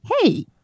hey